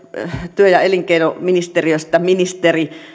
työ ja elinkeinoministeriöstä ministeri